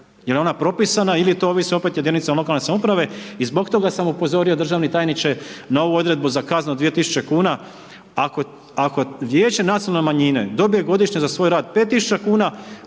jel ona propisana ili to ovisi opet o jedinicama lokalne samouprave i zbog toga sam upozorio državni tajniče na ovu odredbu za kaznu od 2.000 kuna. Ako Vijeće nacionalne manjine dobije godišnje za svoj rad 5.000 kuna,